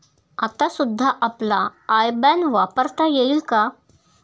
आता सुद्धा आपला आय बॅन वापरता येईल का?